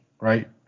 right